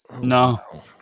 No